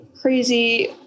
crazy